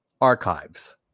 archives